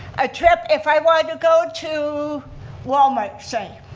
a trip, if i wanted to go to wal-mart, say,